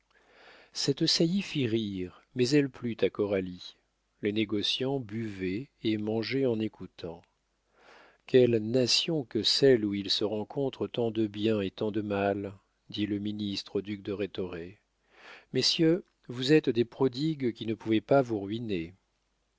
cette saillie fit rire mais elle plut à coralie les négociants buvaient et mangeaient en écoutant quelle nation que celle où il se rencontre tant de bien et tant de mal dit le ministre au duc de rhétoré messieurs vous êtes des prodigues qui ne pouvez pas vous ruiner